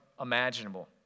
imaginable